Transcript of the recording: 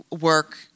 work